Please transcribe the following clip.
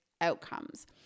outcomes